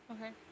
Okay